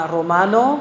Romano